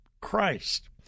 Christ